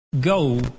Go